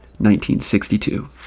1962